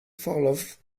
vorlauf